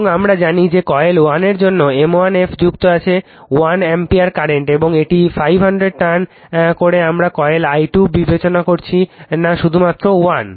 এবং আমরা জানি যে কয়েল 1 এর জন্য m1 F যুক্ত আছে 1 অ্যাম্পিয়ার কারেন্ট এবং এটি 500 ট্রান করে আমরা কয়েল i2 বিবেচনা করছি না শুধুমাত্র 1